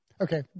Okay